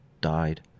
died